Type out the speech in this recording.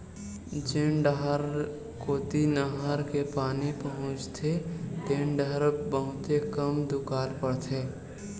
जेन डाहर कोती नहर के पानी पहुचथे तेन डाहर बहुते कम दुकाल परथे